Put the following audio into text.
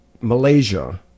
Malaysia